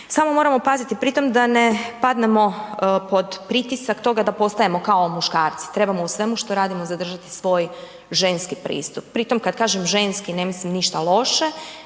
samo moramo paziti pri tome da ne padnemo pod pritisak toga da postajemo kao muškarci. Trebamo u svemu što radimo zadržati svoj ženski pristup. Pri tom kad kažem ženski ne mislim ništa loše,